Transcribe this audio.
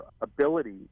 ability